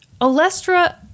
Olestra